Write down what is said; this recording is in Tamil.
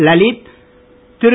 லலித் திரு